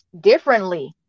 differently